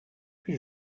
fut